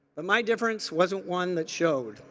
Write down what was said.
but my difference wasn't one that showed.